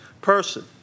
person